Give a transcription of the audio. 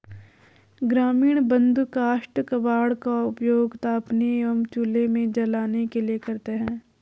ग्रामीण बंधु काष्ठ कबाड़ का उपयोग तापने एवं चूल्हे में जलाने के लिए करते हैं